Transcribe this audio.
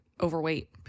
overweight